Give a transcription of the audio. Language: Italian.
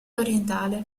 orientale